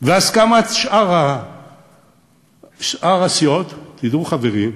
והסכמת שאר הסיעות, תדעו, חברים,